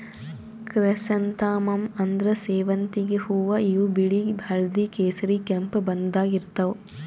chrysanthemum ಅಂದ್ರ ಸೇವಂತಿಗ್ ಹೂವಾ ಇವ್ ಬಿಳಿ ಹಳ್ದಿ ಕೇಸರಿ ಕೆಂಪ್ ಬಣ್ಣದಾಗ್ ಇರ್ತವ್